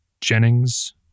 Jennings